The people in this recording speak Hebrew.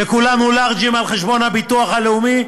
וכולנו לארג'ים על חשבון הביטוח הלאומי,